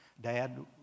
Dad